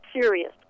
serious